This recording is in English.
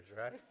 right